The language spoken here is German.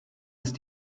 ist